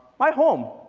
my home,